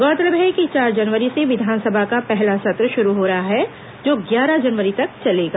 गौरतलब है कि चार जनवरी से विधानसभा का पहला सत्र शुरू हो रहा है जो ग्यारह जनवरी तक चलेगा